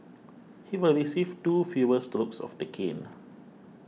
he will receive two fewer strokes of the cane